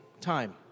time